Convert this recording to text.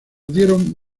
dieron